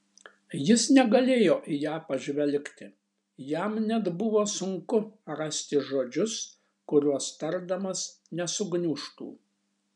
jis negalėjo į ją pažvelgti jam net buvo sunku rasti žodžius kuriuos tardamas nesugniužtų